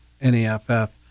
N-E-F-F